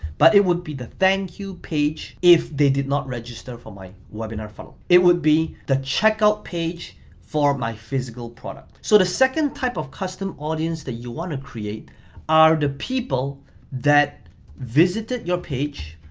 but it would be the thank you page, if they did not register for my webinar funnel. it would be the checkout page for my physical product. so the second type of custom audience that you wanna create are the people that visited your page,